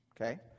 okay